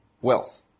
wealth